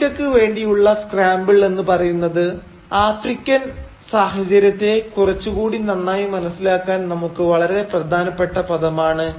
ആഫ്രിക്കക്ക് വേണ്ടിയുള്ള സ്ക്രാമ്പിൾ എന്ന് പറയുന്നത് ആഫ്രിക്കൻ സാഹചര്യത്തെ കുറച്ചു കൂടി നന്നായി മനസിലാക്കാൻ നമുക്ക് വളരെ പ്രധാനപ്പെട്ട പദമാണ്